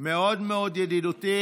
המערכת מאוד מאוד ידידותית.